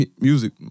Music